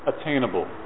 attainable